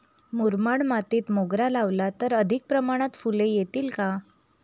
मुरमाड मातीत मोगरा लावला तर अधिक प्रमाणात फूले येतील का?